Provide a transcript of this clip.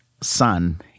son